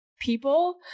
people